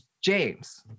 James